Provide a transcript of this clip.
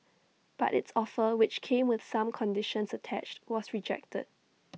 but its offer which came with some conditions attached was rejected